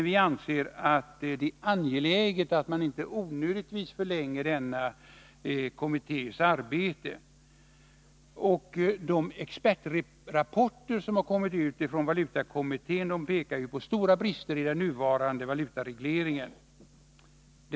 Vi anser att det är angeläget att denna kommittés arbete inte förlängs i onödan. De expertrapporter som har kommit från valutakommittén pekar på stora brister i nuvarande valutareglering. Bl.